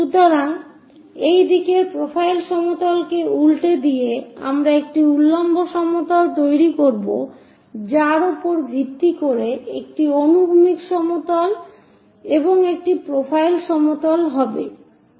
সুতরাং এই দিকের প্রোফাইল সমতলকে উল্টে দিয়ে আমরা একটি উল্লম্ব সমতল তৈরি করব যার উপর ভিত্তি করে একটি অনুভূমিক সমতল এবং একটি প্রোফাইল সমতল হবে